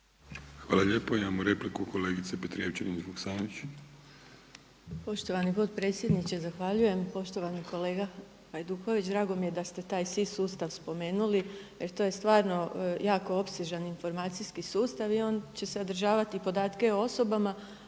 **Petrijevčanin Vuksanović, Irena (HDZ)** Poštovani potpredsjedniče zahvaljujem. Poštovani kolega Hajduković, drago mi je da ste taj SIS sustav spomenuli jer to je stvarno jako opsežan informacijski sustav i on će sadržavati i podatke o osobama